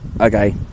okay